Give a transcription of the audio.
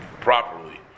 properly